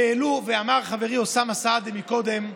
אמר חברי אוסאמה סעדי קודם,